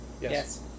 Yes